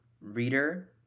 reader